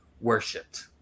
worshipped